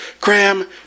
Graham